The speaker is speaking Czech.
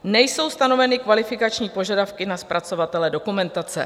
Nejsou stanoveny kvalifikační požadavky na zpracovatele dokumentace.